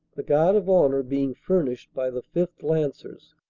the guard of honor being furnished by the fifth. lancers.